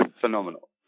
phenomenal